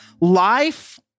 life